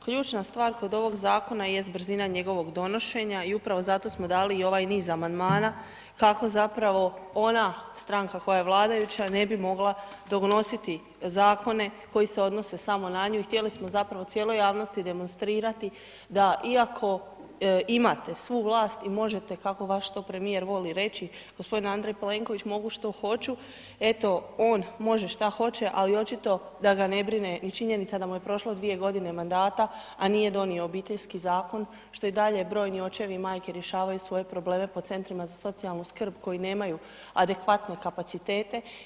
Ključna stvar kod ovog zakona jest brzina njegovog donošenja i upravo zato smo dali i ovaj niz amandmana kako zapravo ona stranka koja je vladajuća ne bi mogla donositi zakone koji se odnose samo na njih i htjeli smo zapravo cijeloj javnosti demonstrirati da iako imate svu vlast i možete, kako vaš to premijer voli reći, g. Andrej Plenković, mogu što hoću, eto, on može što hoće, ali očito da ga ne brine i činjenica da mu je prošlo dvije godine mandata, a nije donio Obiteljski zakon, što i dalje brojni očevi i majke rješavaju svoje probleme po centrima za socijalnu skrb koji nemaju adekvatne kapacitete.